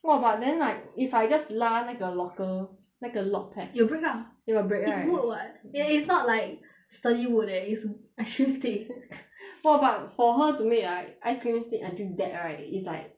!wah! but then like if I just 拉那个 locker 那个 lock pad it'll break lah it'll break right it's wood [what] eh it's not like sturdy wood eh it's ice cream stick !wah! but for her to make like ice cream stick until that right it's like